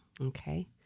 Okay